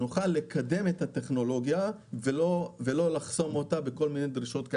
שנוכל לקדם את הטכנולוגיה ולא לחסום אותה בכל מיני דרישות.